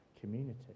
community